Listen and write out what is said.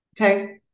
Okay